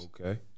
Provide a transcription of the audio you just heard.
Okay